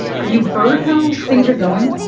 have you heard how things are going?